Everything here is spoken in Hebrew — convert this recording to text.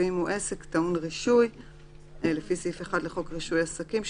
ואם הוא עסק טעון רישוי לפי סעיף 1 לחוק רישוי עסקים,